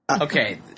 Okay